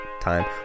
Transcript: time